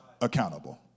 accountable